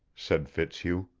said fitzhugh.